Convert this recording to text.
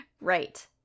right